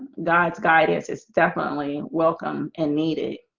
god's guidance is definitely welcome and needed